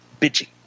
bitchy